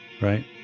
right